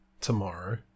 tomorrow